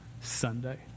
Sunday